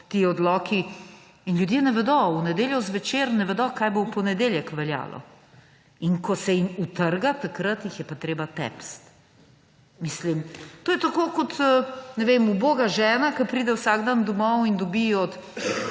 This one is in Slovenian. ti odloki, in ljudje v nedeljo zvečer ne vedo, kaj bo v ponedeljek veljalo. In ko se jim utrga, takrat jih je pa treba tepsti. To je tako kot uboga žena, ki pride vsak dan domov in dobi od